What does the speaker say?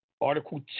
Article